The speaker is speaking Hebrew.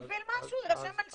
תוביל משהו, הוא יירשם על שמך,